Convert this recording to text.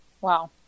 Wow